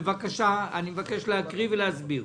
בבקשה, אני מבקש להקריא ולהסביר.